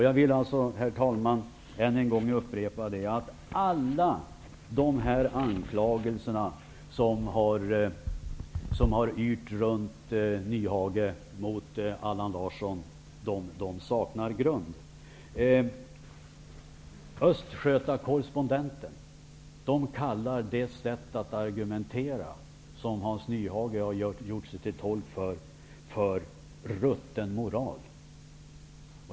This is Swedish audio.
Jag vill alltså, herr talman, än en gång upprepa att alla de anklagelser som Hans Nyhage har riktat mot Allan Hans Nyhages sätt att argumentera kallar Östgötakorrespondenten för rutten moral.